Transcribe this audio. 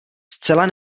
zcela